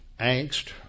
angst